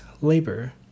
labor